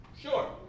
Sure